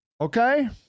Okay